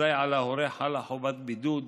אזי על ההורה חלה חובת בידוד,